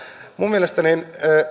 minun mielestäni